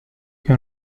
che